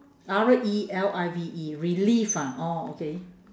R E L I V E relive ah oh okay